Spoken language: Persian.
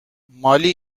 مالی